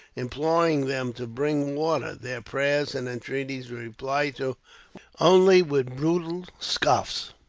imploring them to bring water. their prayers and entreaties were replied to only with brutal scoffs.